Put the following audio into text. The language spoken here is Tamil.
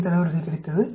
5 தரவரிசை கிடைத்தது